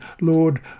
Lord